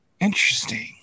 Interesting